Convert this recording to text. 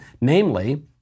Namely